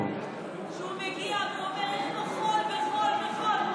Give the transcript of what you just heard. שהוא מגיע ואומר: יש פה חול וחול וחול.